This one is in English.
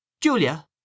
Julia